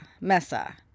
Mesa